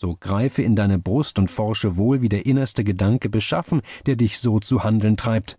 so greife in deine brust und forsche wohl wie der innerste gedanke beschaffen der dich so zu handeln treibt